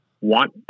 want